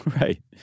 Right